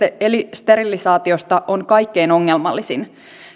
eli sterilisaatiosta on kaikkein ongelmallisin